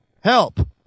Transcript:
help